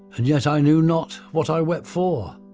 and yet i knew not what i wept for,